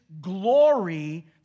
glory